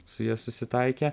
su ja susitaikė